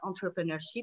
entrepreneurship